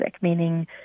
meaning